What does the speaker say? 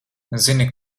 zini